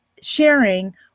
sharing